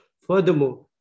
Furthermore